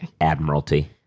Admiralty